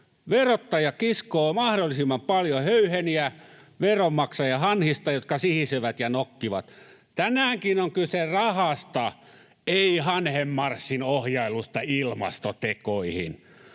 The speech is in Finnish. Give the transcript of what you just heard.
verottaja kiskoo mahdollisimman paljon höyheniä veronmaksajahanhista, jotka sihisevät ja nokkivat. Tänäänkin on kyse rahasta, ei hanhenmarssin ohjailusta ”ilmastotekoihin”.